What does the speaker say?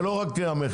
זה לא רק המכס,